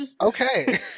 okay